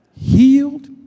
healed